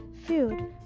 food